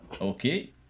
Okay